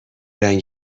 رنگ